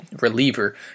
reliever